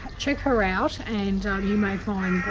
check her out and you may find